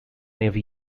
navy